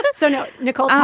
um so now, nicole,